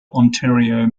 ontario